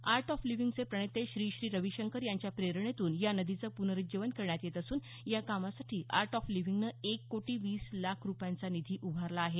art of लिविंगचे प्रणेते श्री श्री रविशंकर यांच्या प्रेरणेतून या नदीचं प्नरूज्जीवन करण्यात येत असून या कामासाठी आर्ट ऑफ लिव्हिंगनं एक कोटी वीस लाख रुपयांचा निधी उभारला आहे